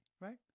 right